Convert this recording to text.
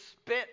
spit